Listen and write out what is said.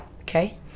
Okay